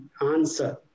answer